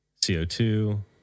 CO2